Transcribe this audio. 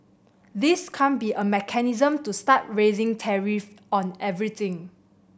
this can't be a mechanism to start raising tariff on everything